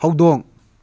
ꯍꯧꯗꯣꯡ